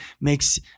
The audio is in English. makes